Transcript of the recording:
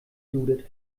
judith